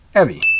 Evie